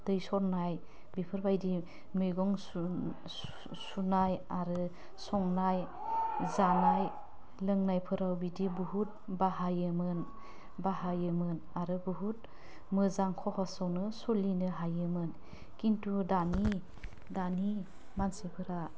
दै सरनाय बेफोरबायदि मैगं सुनाय आरो संनाय जानाय लोंनायफोराव बिदि बुहुत बाहायोमोन बाहायोमोन आरो बुहुत मोजां खहसआवनो सोलिनो हायोमोन खिन्थु दानि दानि मानसिफोरा